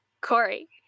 Corey